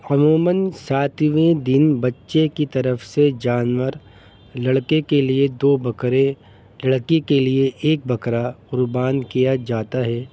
عموماً ساتویں دن بچے کی طرف سے جانور لڑکے کے لیے دو بکرے لڑکی کے لیے ایک بکرا قربان کیا جاتا ہے